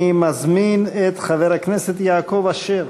אני מזמין את חבר הכנסת יעקב אשר